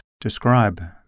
describe